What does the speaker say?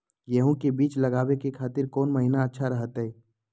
गेहूं के बीज लगावे के खातिर कौन महीना अच्छा रहतय?